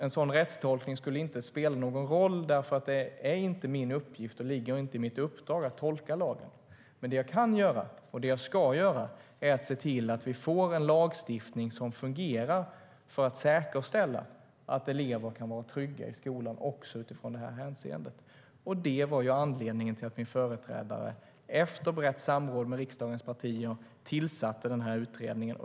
En sådan rättstolkning skulle inte spela någon roll, för det är inte min uppgift och ligger inte i mitt uppdrag att tolka lagen. Men det jag kan och ska göra är att se till att vi får en lagstiftning som fungerar för att säkerställa att elever kan vara trygga i skolan också i detta hänseende. Det var anledningen till att min företrädare efter brett samråd med riksdagens partier tillsatte den här utredningen.